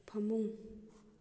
ꯐꯃꯨꯡ